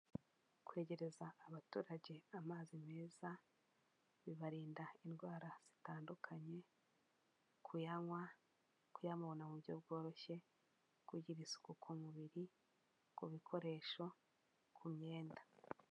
Kwegereza abaturage amazi meza, bibarinda indwara zitandukanye, kuyanywa kuyabona mu buryo bworoshye, kugira isuku ku mubiri, ku bikoresho, ku myenda.